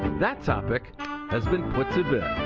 that topic has been put to bed.